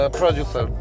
producer